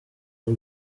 w’u